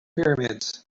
pyramids